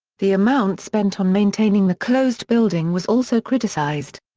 the amount spent on maintaining the closed building was also criticised.